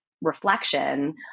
reflection